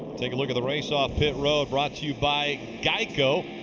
take a look at the race off pit road brought to you by geico.